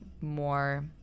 more